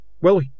Well